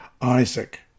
Isaac